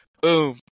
Boom